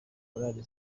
korali